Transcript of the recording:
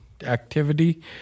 activity